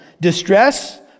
Distress